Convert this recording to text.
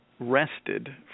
rested